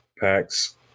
packs